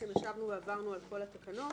ישבנו ועברנו על כל התקנות.